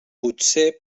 potser